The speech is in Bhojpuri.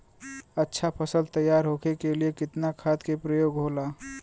अच्छा फसल तैयार होके के लिए कितना खाद के प्रयोग होला?